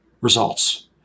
results